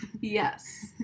Yes